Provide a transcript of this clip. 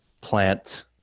plant